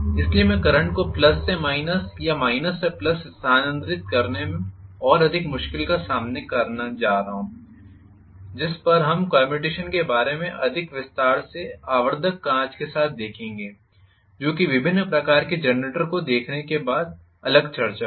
इसलिए मैं करंट को प्लस से माइनस या माइनस से प्लस स्थानांतरित करने में और अधिक मुश्किल का सामना करने जा रहा हूं जिस पर हम कम्म्युटेशन के बारे में अधिक विस्तार से आवर्धक कांच के साथ देखेंगे जो कि विभिन्न प्रकार के जनरेटर को देखने के बाद अगली चर्चा होगी